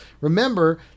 Remember